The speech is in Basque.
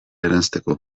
eranzteko